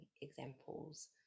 examples